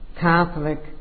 Catholic